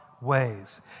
ways